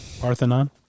Parthenon